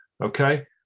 okay